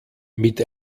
mit